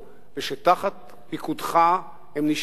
ושתחת פיקודך הם נשמרים.